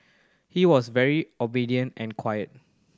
he was very obedient and quiet